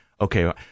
okay